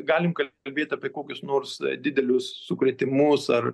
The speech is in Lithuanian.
galim kalbėt apie kokius nors didelius sukrėtimus ar